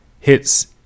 Hits